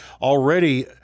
already